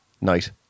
night